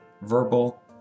Verbal